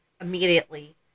immediately